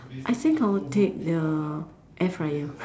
I think I would take the air fryer